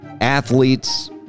athletes